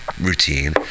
routine